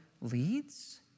leads